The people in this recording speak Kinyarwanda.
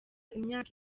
imyaka